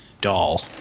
doll